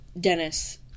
Dennis